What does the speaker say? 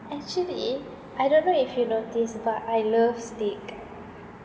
actually I don't know if you notice but I love steak